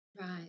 Right